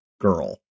girl